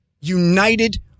united